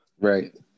Right